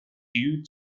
due